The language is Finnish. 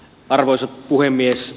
arvoisa puhemies